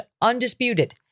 undisputed